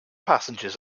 passengers